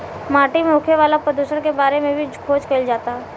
माटी में होखे वाला प्रदुषण के बारे में भी खोज कईल जाता